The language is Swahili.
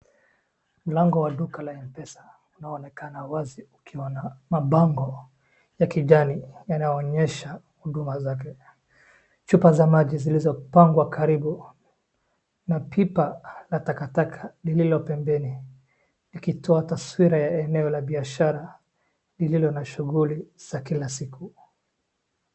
Mlango wa duka la M-pesa, unaoonekana wazi ukiwa na mabango ya kijani yanayoonyesha huduma zake, chupa za maji zilizopangwa karibu na pipa ya takataka lililo pembeni, likitoa taswira ya eneo la biashara lililo na shughuli za kila siku.